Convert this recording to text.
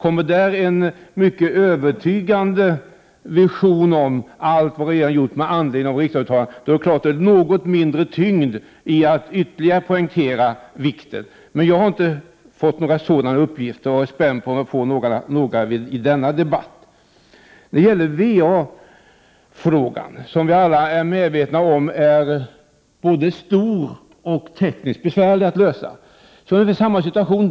Om det kommer en mycket övertygande version av allt som har gjorts med anledning av riksdagsuttalandet är det självklart att det ligger något mindre tyngd i att ytterligare en gång poängtera vikten av detta. Jag har inte fått några sådana uppgifter, och jag är nyfiken på om jag kommer att få några sådana i denna debatt. Vi är alla medvetna om att frågan om problemen inom VA-området både är stor och tekniskt besvärlig att lösa. Där föreligger samma situation.